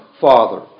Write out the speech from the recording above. Father